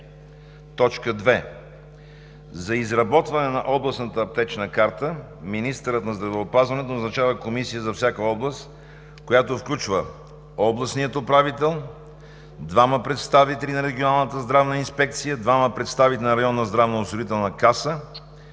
т. 2: „За изработване на Областната аптечна карта министърът на здравеопазването назначава комисия за всяка област, която включва областният управител, двама представители на Регионалната здравна инспекция, двама представители на Районната здравноосигурителна каса,